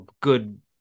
good